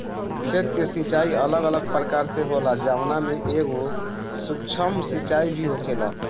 खेत के सिचाई अलग अलग प्रकार से होला जवना में एगो सूक्ष्म सिंचाई भी होखेला